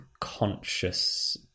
conscious